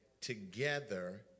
together